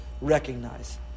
recognize